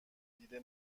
دیده